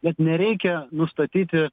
net nereikia nustatyti